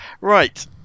right